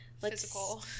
physical